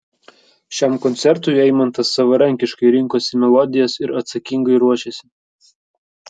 šiam koncertui eimantas savarankiškai rinkosi melodijas ir atsakingai ruošėsi